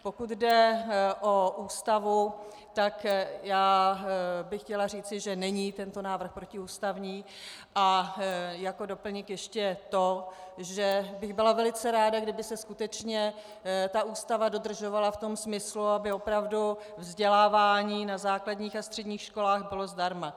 Pokud jde o Ústavu, tak já bych chtěla říci, že není tento návrh protiústavní, a jako doplněk ještě to, že bych byla velice ráda, kdyby se skutečně ta Ústava dodržovala v tom smyslu, aby opravdu vzdělávání na základních a středních školách bylo zdarma.